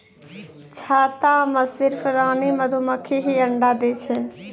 छत्ता मॅ सिर्फ रानी मधुमक्खी हीं अंडा दै छै